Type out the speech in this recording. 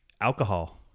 alcohol